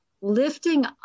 lifting